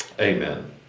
Amen